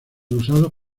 usados